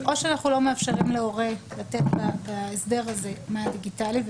--- או שאנחנו לא מאפשרים להורה בהסדר הזה לתת